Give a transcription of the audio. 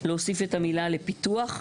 להוסיף את המילה "לפיתוח".